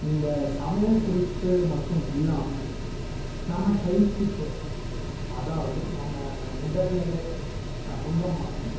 இந்த சமையல் குறிப்பு மட்டும் இல்லாமல் நம்ம ஹெல்த்துக்கு அதாவது நம்ம உடல்நிலை சம்மந்தமான